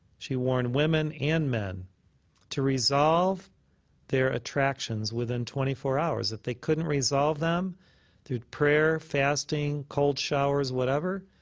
she warned women and men to resolve their attractions within twenty-four hours. if they couldn't resolve them through prayer, fasting, cold showers, whatever,